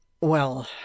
Well